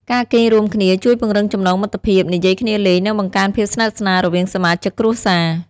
ការគេងរួមគ្នាជួយពង្រឹងចំណងមិត្តភាព និយាយគ្នាលេង និងបង្កើនភាពស្និទ្ធស្នាលរវាងសមាជិកគ្រួសារ។